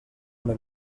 una